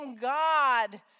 God